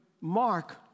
Mark